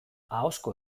ahozko